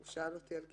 הוא שאל אותי על (ג2)